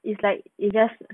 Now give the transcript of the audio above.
it's like you just